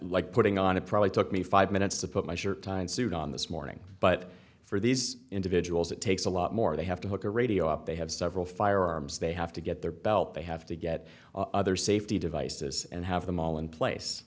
like putting on it probably took me five minutes to put my shirt tie and suit on this morning but for these individuals it takes a lot more they have to hook a radio up they have several firearms they have to get their belt they have to get other safety devices and have them all in place